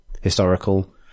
historical